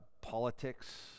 politics